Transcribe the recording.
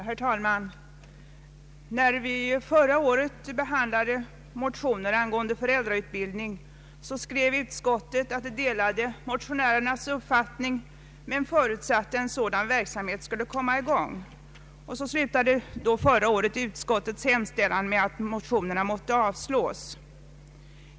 Herr talman! När vi förra året behandlade motioner angående föräldrautbildning skrev utskottet att man delade motionärernas uppfattning men förutsatte att en sådan verksamhet skulle komma i gång. Men utskottet slutade trots detta med en hemställan att motionerna måtte avslås.